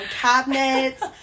cabinets